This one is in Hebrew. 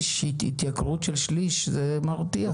התייקרות של שליש זה מרתיע.